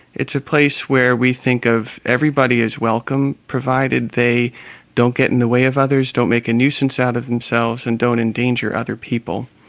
it's a place where we think of everybody as welcome, provided they don't get in the way of others, don't make a nuisance out of themselves, and don't endanger other people.